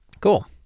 Cool